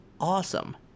awesome